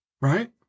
right